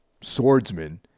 swordsman